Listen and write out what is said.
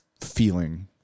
feeling